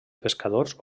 pescadors